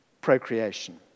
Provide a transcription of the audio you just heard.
procreation